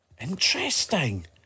Interesting